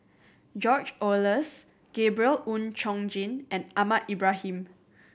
George Oehlers Gabriel Oon Chong Jin and Ahmad Ibrahim